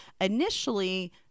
initially